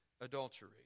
adultery